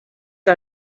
que